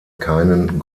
keinen